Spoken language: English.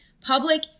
public